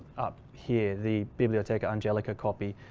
here. the biblioteca angelica copy,